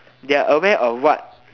they are aware of what